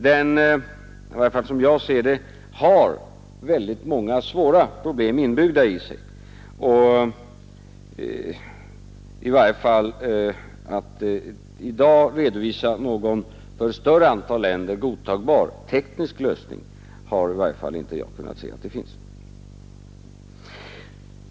Den har, i varje fall som jag ser det, väldigt många svåra problem inbyggda i sig och att i dag redovisa någon för ett större antal länder godtagbar teknisk lösning har jag inte kunnat finna vara möjligt.